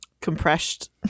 Compressed